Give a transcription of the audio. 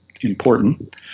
important